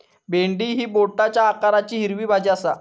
भेंडी ही बोटाच्या आकाराची हिरवी भाजी आसा